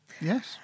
yes